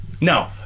no